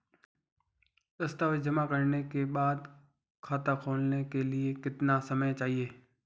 दस्तावेज़ जमा करने के बाद खाता खोलने के लिए कितना समय चाहिए?